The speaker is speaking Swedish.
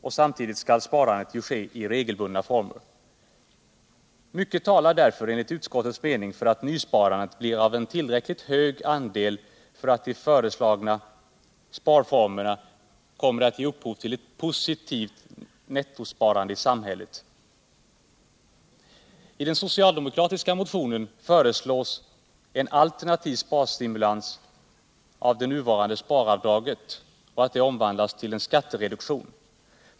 Och samtidigt skall sparandet ju ske i regelbundna former. Mycket talar därför enligt utskottets mening för att nysparandet blir en tillräckligt hög andel, så att de föreslagna sparformerna kommer att ge upphov till ett positivt nettosparande i samhället. I den socialdemokratiska motionen föreslås som en alternativ sparstimulans att det nuvarande sparavdraget omvandlas till skattereduktion.